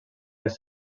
les